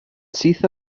syth